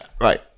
right